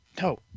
No